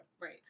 Right